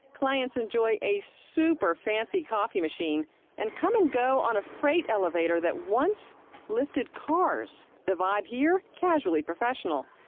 clients enjoy a super-fancy coffee machine and come and go on a freight elevator that once lifted cars. the vibe here casually professional.